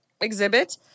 exhibit